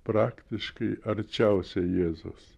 praktiškai arčiausiai jėzaus